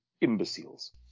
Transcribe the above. imbeciles